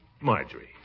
Marjorie